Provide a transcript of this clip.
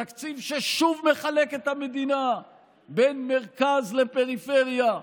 תקציב ששוב מחלק את המדינה בין מרכז לפריפריה,